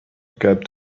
cab